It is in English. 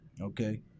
okay